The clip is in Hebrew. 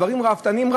דברים ראוותניים,